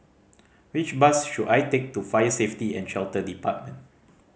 which bus should I take to Fire Safety And Shelter Department